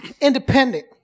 Independent